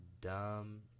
dumb